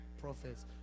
prophets